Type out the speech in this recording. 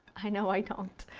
i know i don't.